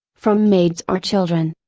from maids or children.